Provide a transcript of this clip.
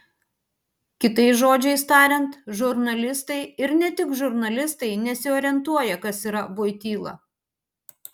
kitais žodžiais tariant žurnalistai ir ne tik žurnalistai nesiorientuoja kas yra voityla